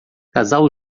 casal